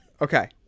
Okay